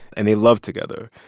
and they loved together.